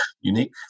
unique